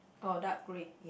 or dark grey